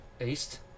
East